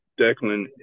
Declan